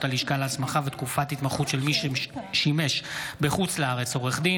הלשכה להסמכה ותקופת ההתמחות של מי ששימש בחוץ לארץ עורך דין),